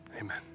amen